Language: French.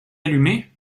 allumé